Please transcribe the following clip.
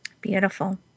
Beautiful